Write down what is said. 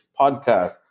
podcast